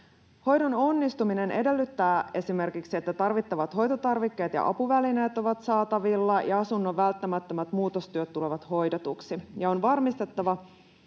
Hoidon onnistuminen edellyttää esimerkiksi, että tarvittavat hoitotarvikkeet ja apuvälineet ovat saatavilla ja asunnon välttämättömät muutostyöt tulevat hoidetuiksi. On varmistettava,